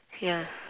ya